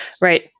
right